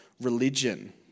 religion